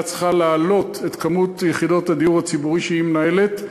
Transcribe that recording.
צריכה להעלות את כמות יחידות הדיור הציבורי שהיא מנהלת,